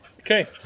Okay